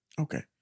Okay